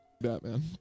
Batman